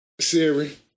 Siri